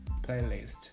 playlist